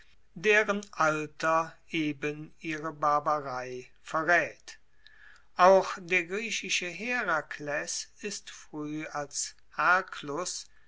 deren alter eben ihre barbarei verraet auch der griechische herakles ist frueh als